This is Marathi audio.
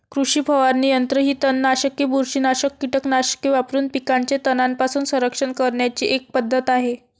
कृषी फवारणी यंत्र ही तणनाशके, बुरशीनाशक कीटकनाशके वापरून पिकांचे तणांपासून संरक्षण करण्याची एक पद्धत आहे